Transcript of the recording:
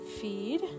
feed